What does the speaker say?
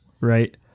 Right